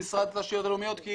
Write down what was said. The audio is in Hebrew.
משרד התשתיות הלאומיות,